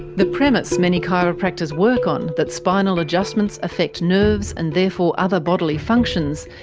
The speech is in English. the premise many chiropractors work on, that spinal adjustments affect nerves and therefore other bodily functions,